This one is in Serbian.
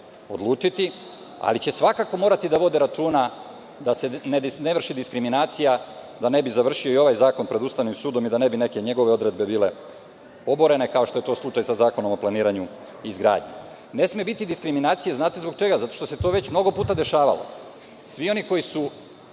odlučiti, ali će svakako morati da vode računa da se ne vrši diskriminacija, da ne bi završio i ovaj zakon pred Ustavnim sudom i da ne bi neke njegove odredbe bile oborene, kao što je to slučaj sa Zakonom o planiranju i izgradnji. Ne sme biti diskriminacije znate zbog čega – zato što se to već mnogo puta dešavalo. Svi oni koji su